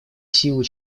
силу